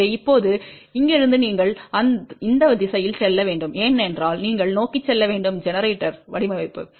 எனவே இப்போது இங்கிருந்து நீங்கள் இந்த திசையில் செல்ல வேண்டும் ஏனென்றால் நீங்கள் நோக்கி செல்ல வேண்டும் ஜெனரேட்டர் வடிவமைப்பு